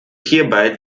hierbei